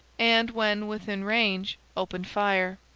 and when within range opened fire.